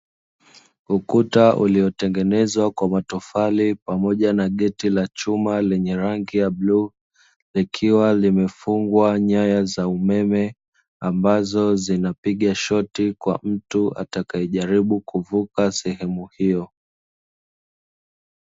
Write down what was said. Ukuta uliotengenezwa kwa matofali pamoja na geti la chuma lenye rangi ya bluu, likiwa limefungwa nyaya za umeme ambazo zinapiga shot, kwa mtu atakayejaribu kuvuka sehemu hiyo.